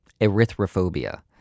erythrophobia